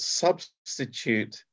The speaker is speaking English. substitute